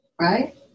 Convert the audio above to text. right